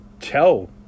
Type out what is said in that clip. tell